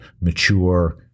mature